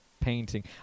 painting